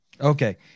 okay